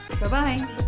bye-bye